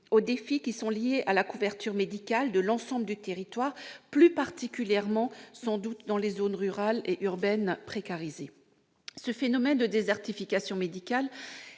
aux défis liés à la couverture médicale de l'ensemble du territoire, plus particulièrement dans les zones rurales et urbaines précarisées. Ce phénomène de désertification médicale